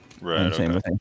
Right